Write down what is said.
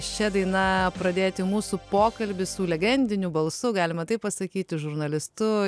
šia daina pradėti mūsų pokalbį su legendiniu balsu galima taip pasakyti žurnalistu